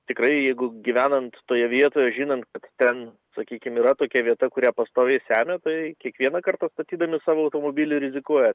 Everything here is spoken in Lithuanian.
tikrai jeigu gyvenant toje vietoje žinant kad ten sakykim yra tokia vieta kurią pastoviai semia tai kiekvienąkart pastatydami savo automobilį rizikuoja